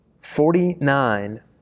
Forty-nine